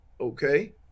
okay